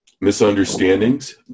Misunderstandings